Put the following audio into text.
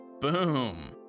Boom